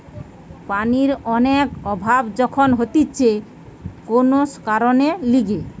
পানির অনেক অভাব যখন হতিছে কোন কারণের লিগে